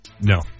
No